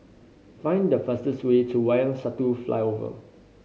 find the fastest way to Wayang Satu Flyover